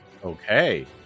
Okay